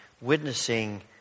witnessing